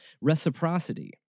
reciprocity